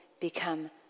become